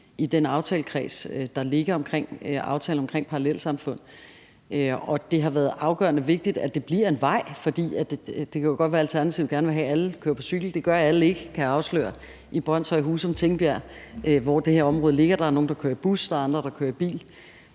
i den aftalekreds, der ligger omkring aftalen om parallelsamfund, og det har været afgørende vigtigt, at det bliver en vej. Det kan godt være, Alternativet gerne vil have, at alle skal køre på cykel. Det gør alle ikke, kan jeg afsløre, i Brønshøj, Husum og Tingbjerg, hvor det her område ligger. Nogle kører i bus, og andre kører i bil,